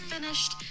finished